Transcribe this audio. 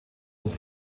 und